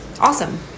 Awesome